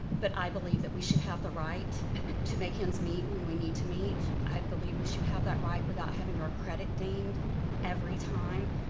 but i believe that we should have the right to make ends meet when we need to meet. i believe we should have that right, without having our credit dinged every time,